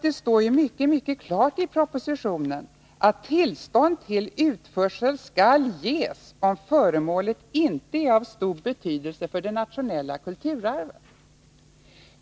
Det står ju mycket klart i propositionen att ”tillstånd till utförsel skall ges om föremålet inte är av stor betydelse för det nationella kulturarvet”.